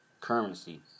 currency